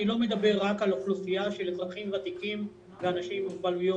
אני לא מדבר רק על אוכלוסייה של אזרחים ותיקים ואנשים עם מוגבלויות.